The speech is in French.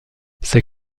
ses